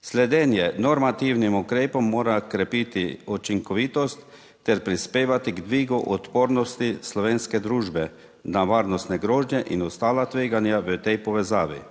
Sledenje normativnim ukrepom mora krepiti učinkovitost ter prispevati k dvigu odpornosti slovenske družbe na varnostne grožnje in ostala tveganja v tej povezavi.